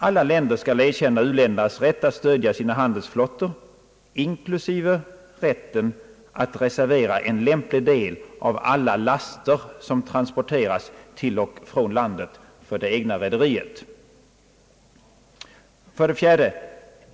Alla länder skall erkänna u-ländernas rätt att stödja sina handelsflottor, inklusive rätten att reservera en lämplig del av alla laster som transporteras till och från landet för det egna rederiet. 4.